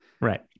Right